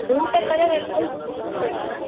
हूंअं त कलरु जामु कलर पिया आहिनि